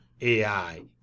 AI